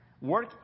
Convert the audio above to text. work